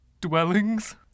dwellings